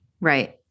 Right